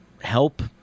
help